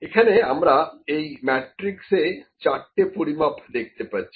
এখানে আমরা এই মেট্রিক্স এ চারটে পরিমাপ দেখতে পাচ্ছি